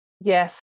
Yes